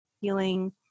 feeling